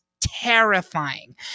terrifying